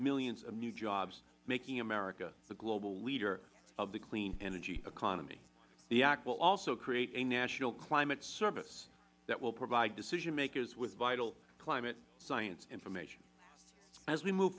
millions of new jobs making america the global leader of the clean energy economy the act will also create a national climate service that will provide decision makers with vital climate science information as we move